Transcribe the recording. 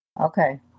Okay